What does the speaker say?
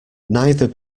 neither